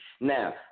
Now